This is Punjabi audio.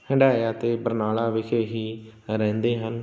ਹੰਢਾਇਆ ਅਤੇ ਬਰਨਾਲਾ ਵਿਖੇ ਹੀ ਰਹਿੰਦੇ ਹਨ